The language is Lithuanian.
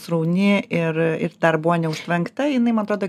srauni ir ir dar buvo neužtvenkta jinai man atrodo